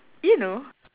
you know